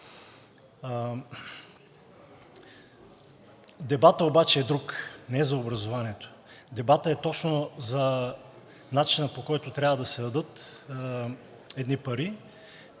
Дебатът обаче е друг, не е за образованието. Дебатът е точно за начина, по който трябва да се дадат едни пари,